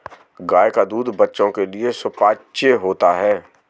गाय का दूध बच्चों के लिए सुपाच्य होता है